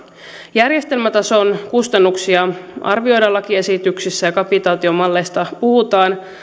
järjestelmätason kustannuksia arvioidaan lakiesityksissä ja kapitaatiomalleista puhutaan